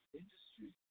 industry